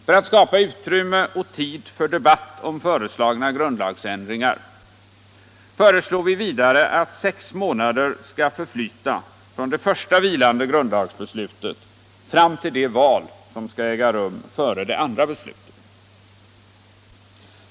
För att skapa utrymme och tid för debatt om föreslagna grundlagsändringar föreslår vi vidare att sex månader skall förflyta från det första vilande grundlagsbeslutet fram till det val som skall äga rum före det andra beslutet.